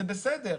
זה בסדר.